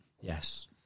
Yes